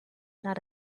not